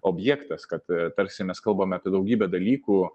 objektas kad tarsi mes kalbame apie daugybę dalykų